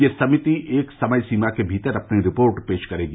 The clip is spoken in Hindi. यह समिति एक समय सीमा के भीतर अपनी रिपोर्ट पेश करेगी